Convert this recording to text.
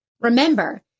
Remember